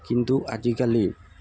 কিন্তু আজিকালি